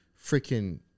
freaking